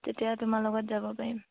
তেতিয়া তোমাৰ লগত যাব পাৰিম